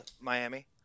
Miami